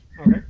Okay